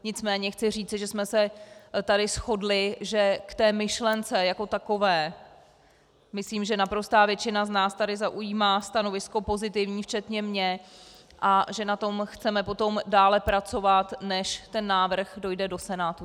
Nicméně chci říci, že jsme se tady shodli, že k té myšlence jako takové, myslím, že naprostá většina z nás tady zaujímá stanovisko pozitivní včetně mě a že na tom chceme potom dále pracovat, než ten návrh dojde do Senátu.